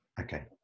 Okay